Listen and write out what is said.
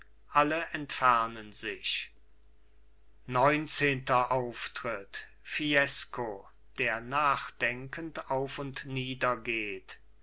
alle entfernen sich neunzehnter auftritt fiesco der nachdenkend auf und